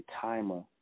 timer